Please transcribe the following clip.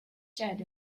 shed